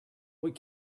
would